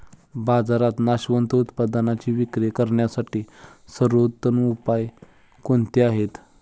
बाजारात नाशवंत उत्पादनांची विक्री करण्यासाठी सर्वोत्तम उपाय कोणते आहेत?